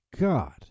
God